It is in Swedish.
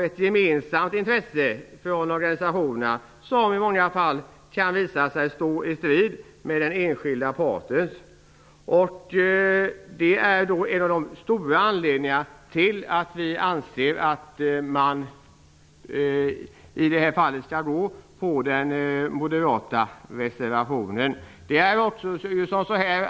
Det gemensamma intresse som man har från organisationernas sida kan i många fall visa sig stå i strid med den enskilda partens intresse. Det är en av de stora anledningarna till att vi anser att man skall rösta på den moderata reservationen.